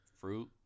Fruit